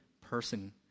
person